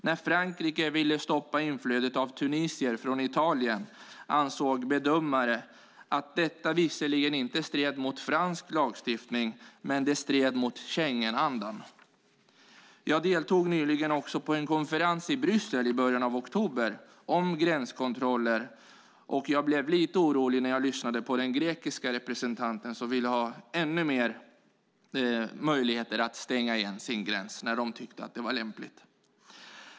När Frankrike ville stoppa inflödet av tunisier från Italien ansåg bedömare att detta visserligen inte stred mot fransk lagstiftning men att det stred mot Schengenandan. Jag deltog i början av oktober på en konferens i Bryssel om gränskontroller. Jag blev lite orolig när jag lyssnade på den grekiska representanten, som ville ha ännu större möjligheter att stänga igen landets gränser när man tyckte att det var lämpligt.